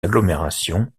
agglomération